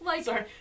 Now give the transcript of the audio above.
Sorry